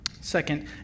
second